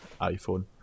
iphone